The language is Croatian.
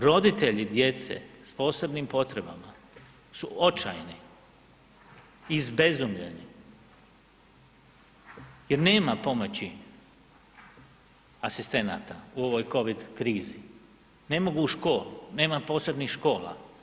Roditelji djece s posebnim potrebama su očajni, izbezumljeni jer nema pomoći asistenata u ovoj COVID krizi, ne mogu u škole, nema posebnih škola.